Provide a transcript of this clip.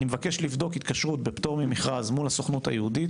אני מבקש לבדוק התקשרות ופטור ממכרז מול הסוכנות היהודית